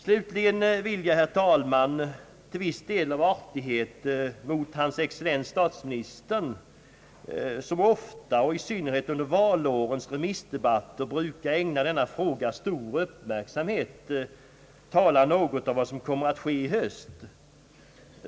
Slutligen vill jag, herr talman, till viss del av artighet mot hans excellens statsministern, som ofta och i synnerhet under valårens remissdebatter brukar ägna denna fråga stor uppmärksamhet, tala något om vad som kommer att ske i höst.